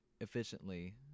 efficiently